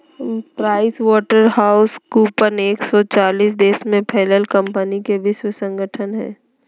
price water house coopers एक सो चालीस देश में फैलल कंपनि के वैश्विक संगठन हइ